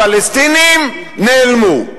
הפלסטינים נעלמו.